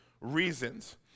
reasons